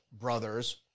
brothers